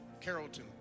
Carrollton